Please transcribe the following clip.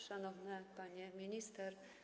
Szanowna Pani Minister!